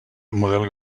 model